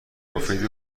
مفید